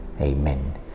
Amen